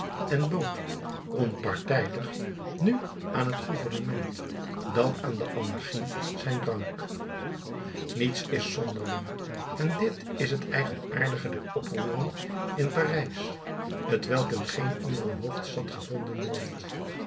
en bood onpartijdig nu aan het gouvernement dan aan de anarchie zijn drank niets is zonderlinger en dit is het eigenaardige der oproeren in parijs t welk in geen andere hoofdstad gevonden wordt